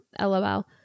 LOL